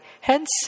hence